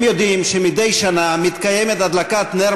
הם יודעים שמדי שנה מתקיימת הדלקת נר